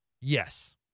Yes